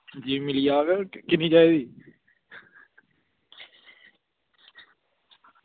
जी मिली जाह्ग कदूं चाहिदी